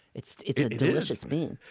it's it's a delicious bean.